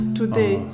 today